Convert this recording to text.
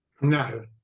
No